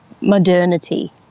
modernity